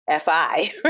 FI